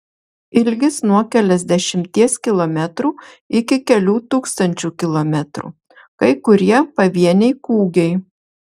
ilgis nuo keliasdešimties kilometrų iki kelių tūkstančių kilometrų kai kurie pavieniai kūgiai